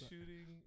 shooting